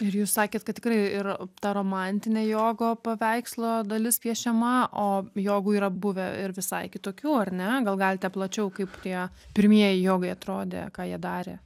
ir jūs sakėt kad tikrai ir ta romantinė jogo paveikslo dalis piešiama o jogų yra buvę ir visai kitokių ar ne gal galite plačiau kaip tie pirmieji jogai atrodė ką jie darė